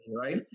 right